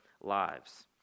lives